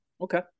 Okay